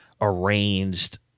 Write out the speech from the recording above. arranged